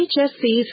HSC's